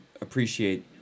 appreciate